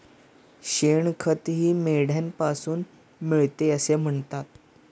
शेणखतही मेंढ्यांपासून मिळते असे म्हणतात